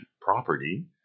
property